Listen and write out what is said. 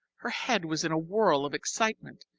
her head was in a whirl of excitement,